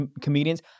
comedians